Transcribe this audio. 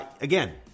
Again